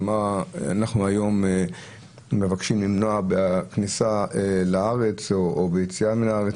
אנחנו היום מבקשים למנוע בכניסה לארץ או ביציאה מהארץ,